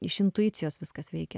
iš intuicijos viskas veikia